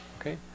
okay